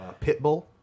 Pitbull